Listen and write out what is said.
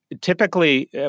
typically